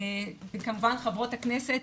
וכמובן חברות הכנסת